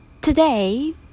today